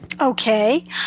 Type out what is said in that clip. Okay